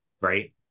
Right